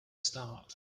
start